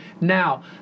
Now